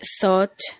thought